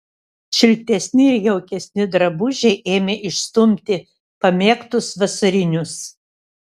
šiltesni ir jaukesni drabužiai ėmė išstumti pamėgtus vasarinius